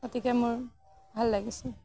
গতিকে মোৰ ভাল লাগিছিল